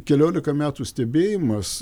keliolika metų stebėjimas